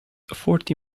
forty